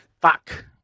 fuck